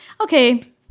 Okay